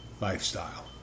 lifestyle